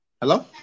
Hello